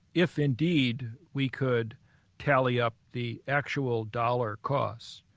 if indeed, we could tally up the actual dollar costs,